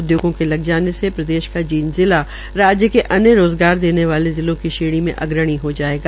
उद्योगों के लग जाने से प्रदेश का जींद जिला राज्य के अन्य रोज़गार देने वाले जिलों की श्रेणी में अग्रणी हो जायेगा